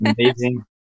Amazing